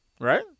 Right